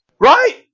Right